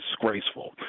disgraceful